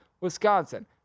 Wisconsin